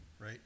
right